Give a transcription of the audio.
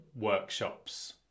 workshops